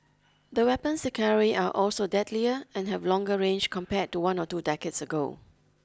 the weapons they carry are also deadlier and have longer range compared to one or two decades ago